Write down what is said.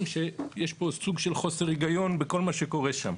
שיש פה סוג של חוסר היגיון בכל מה שקורה שם.